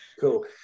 Cool